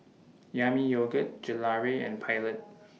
Yami Yogurt Gelare and Pilot